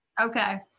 Okay